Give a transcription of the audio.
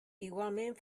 igualment